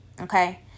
Okay